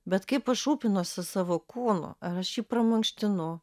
bet kaip aš rūpinuosi savo kūnu ar aš jį pramankštinu